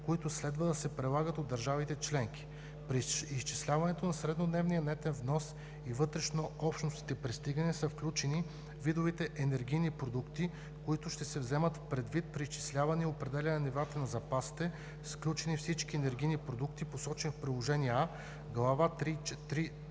които следва да се прилагат от държавите членки; - при изчисляване на среднодневния нетен внос и вътрешнообщностни пристигания са включени видовете енергийни продукти, които се вземат предвид при изчисляване и определяне на нивата на запасите, с включени всички енергийни продукти, посочени в Приложение А, Глава 3.4